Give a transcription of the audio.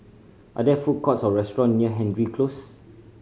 are there food courts or restaurant near Hendry Close